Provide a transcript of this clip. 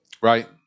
Right